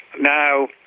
now